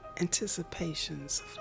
anticipations